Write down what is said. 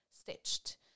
stitched